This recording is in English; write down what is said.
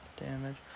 damage